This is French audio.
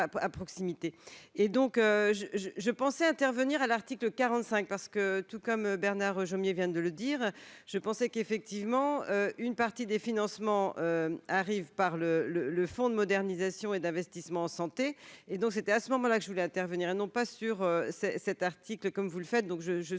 je pensais intervenir à l'article 45 parce que, tout comme Bernard Jomier vient de le dire, je pensais qu'effectivement une partie des financements arrivent par le le le Fonds de modernisation et d'investissement, santé et donc c'était à ce moment-là que je voulais intervenir et non pas sur ses cet article comme vous le faites